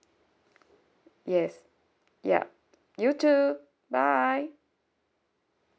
yes yup you too bye